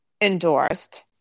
endorsed